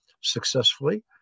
successfully